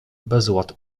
bezład